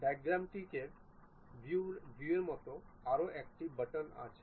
ডাইমেট্রিকের view এর মতো আরও একটি বাটন রয়েছে